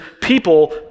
people